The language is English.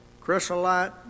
chrysolite